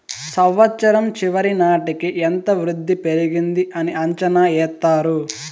సంవచ్చరం చివరి నాటికి ఎంత వృద్ధి పెరిగింది అని అంచనా ఎత్తారు